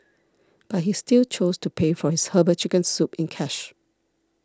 but he still chose to pay for his Herbal Chicken Soup in cash